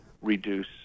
reduce